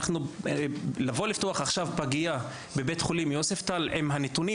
לבוא לפתוח עכשיו פגייה בבית חולים יוספטל עם הנתונים